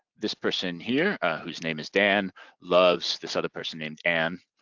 this person here whose name is dan loves this other person named ann.